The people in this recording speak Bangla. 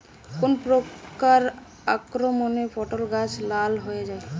কোন প্রকার আক্রমণে পটল গাছ লাল হয়ে যায়?